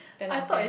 ten out of ten